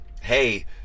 hey